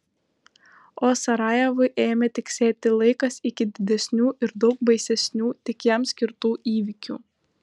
o sarajevui ėmė tiksėti laikas iki didesnių ir daug baisesnių tik jam skirtų įvykių